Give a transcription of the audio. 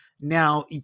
Now